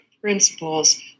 principles